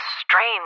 strange